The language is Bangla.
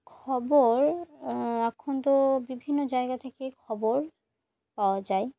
খবর এখন তো বিভিন্ন জায়গা থেকেই খবর পাওয়া যায়